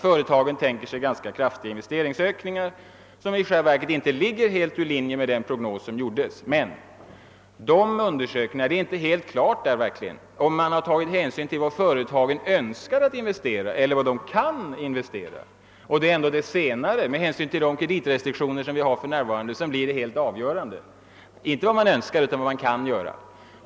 Företagen tänker sig ganska kraftiga investeringsökningar, vilka ligger helt i linje med den prognos som gjorts. Men det är inte helt klart huruvida man tagit hänsyn till vad företagen önskar investera eller vad de kan investera. Det är ändå det senare som med hänsyn till de kreditrestriktioner vi har för närvarande blir det helt avgörande, alltså inte vad man önskar utan vad man kan göra.